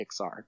Pixar